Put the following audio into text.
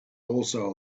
also